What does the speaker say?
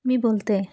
मी बोलते